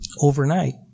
overnight